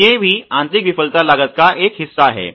तो ये भी आंतरिक विफलता लागत का एक हिस्सा हैं